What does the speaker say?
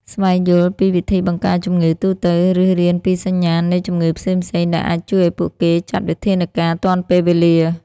ស្វែងយល់ពីវិធីបង្ការជំងឺ ទូទៅ ឬរៀនពីសញ្ញាណនៃជំងឺផ្សេងៗ ដែលអាចជួយឲ្យពួកគេចាត់វិធានការទាន់ពេលវេលា។